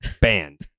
banned